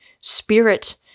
spirit